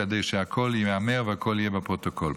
כדי שהכול ייאמר והכול יהיה בפרוטוקול.